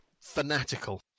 fanatical